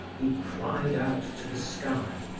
he cried out to the sky,